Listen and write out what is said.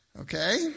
Okay